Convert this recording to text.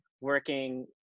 working